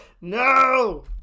No